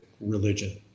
religion